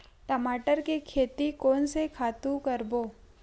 टमाटर के खेती कोन से खातु डारबो?